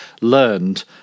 learned